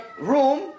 room